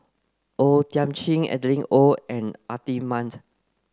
O Thiam Chin Adeline Ooi and Atin Amat